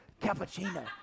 cappuccino